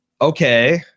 okay